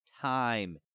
time